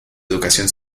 educación